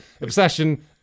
Obsession